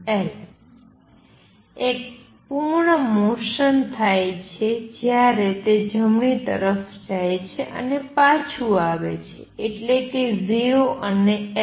૧ પૂર્ણ મોસન થાય છે જ્યારે તે જમણી તરફ જાય છે અને પાછું આવે છે એટલે કે 0 અને L